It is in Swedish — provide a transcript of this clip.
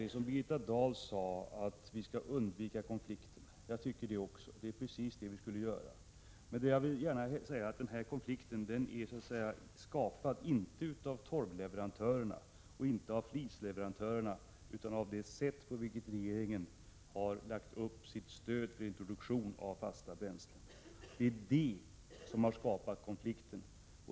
Det som Birgitta Dahl sade om att vi skall undvika konflikten mellan inhemska bränslen var bra — det tycker jag också. Men jag vill gärna säga att den här konflikten inte är skapad av torvleverantörerna eller flisleverantörerna, utan den beror på det sätt på vilket regeringen har lagt upp sitt stöd för introduktion av fasta bränslen. Det är det som har skapat konflikten.